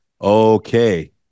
okay